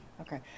Okay